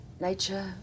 nature